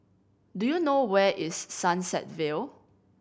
do you know where is Sunset Vale